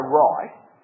right